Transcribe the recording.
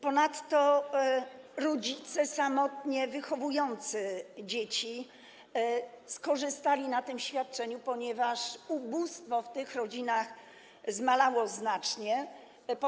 Ponadto rodzice samotnie wychowujący dzieci skorzystali na tym świadczeniu, ponieważ ubóstwo w tych rodzinach znacznie zmalało.